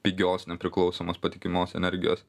pigios nepriklausomos patikimos energijos